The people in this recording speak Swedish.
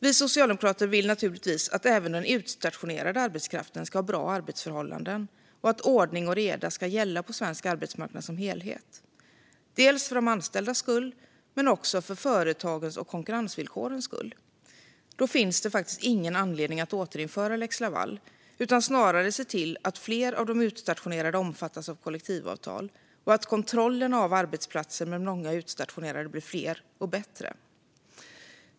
Vi socialdemokrater vill naturligtvis att även den utstationerade arbetskraften ska ha bra arbetsförhållanden och att ordning och reda ska gälla på svensk arbetsmarknad som helhet, inte bara för de anställdas skull utan också för företagens och konkurrensvillkorens skull. Då finns det faktiskt ingen anledning att återinföra lex Laval, utan vi ska snarare se till att fler av de utstationerade omfattas av kollektivavtal och att kontrollerna av arbetsplatser med många utstationerade blir fler och bättre.